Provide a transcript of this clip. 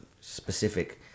specific